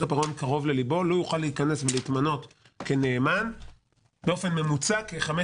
הפירעון קרוב לליבו - לא יוכל להתמנות כנאמן כחמש שנים בממוצע.